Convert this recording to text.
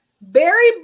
Barry